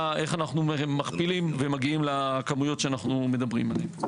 איך אנחנו מכפילים ומגיעים לכמויות שאנחנו מדברים עליהם.